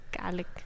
garlic